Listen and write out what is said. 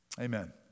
amen